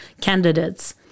candidates